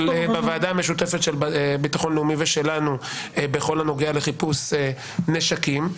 הוא עבר בוועדה המשותפת של ביטחון לאומי ושלנו בכל הנוגע לחיפוש נשקים.